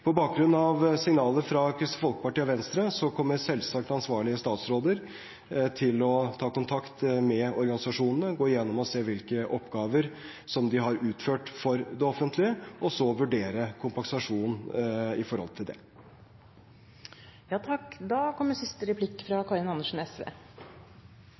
På bakgrunn av signalet fra Kristelig Folkeparti og Venstre kommer selvsagt ansvarlige statsråder til å ta kontakt med organisasjonene og gå igjennom og se på hvilke oppgaver som de har utført for det offentlige, og så vurdere kompensasjon i forhold til det. SV